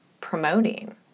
promoting